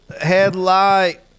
headlight